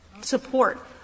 support